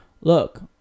Look